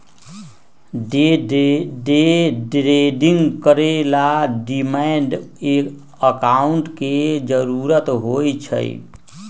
day trading करे ला demat account के जरूरत होई छई